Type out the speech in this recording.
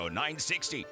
960